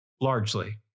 largely